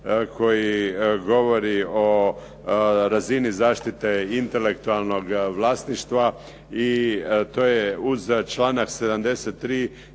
koji govori o razini zaštite intelektualnog vlasništva i to je uz članak 73.